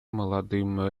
молодым